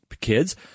kids